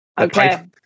Okay